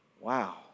wow